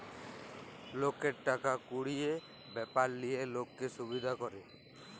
লকের টাকা কুড়ির ব্যাপার লিয়ে লক্কে সুবিধা ক্যরে